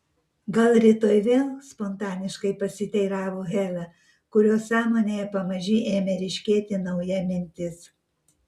gal rytoj vėl spontaniškai pasiteiravo hela kurios sąmonėje pamaži ėmė ryškėti nauja mintis